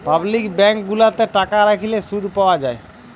public bank গুলাতে টাকা রাখলে শুধ পাওয়া যায়